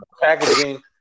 packaging